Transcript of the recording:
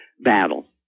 battle